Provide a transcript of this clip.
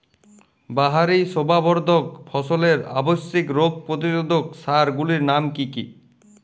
বাহারী শোভাবর্ধক ফসলের আবশ্যিক রোগ প্রতিরোধক সার গুলির নাম কি কি?